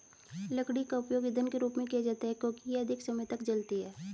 लकड़ी का उपयोग ईंधन के रूप में किया जाता है क्योंकि यह अधिक समय तक जलती है